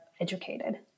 educated